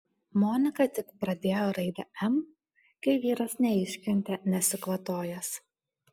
monika tik pradėjo raidę m kai vyras neiškentė nesikvatojęs